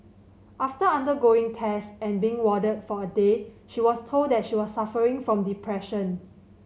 after undergoing tests and being warded for a day she was told that she was suffering from depression